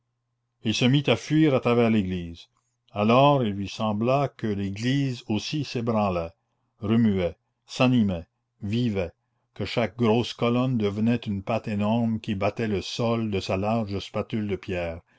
il se mit à fuir à travers l'église alors il lui sembla que l'église aussi s'ébranlait remuait s'animait vivait que chaque grosse colonne devenait une patte énorme qui battait le sol de sa large spatule de pierre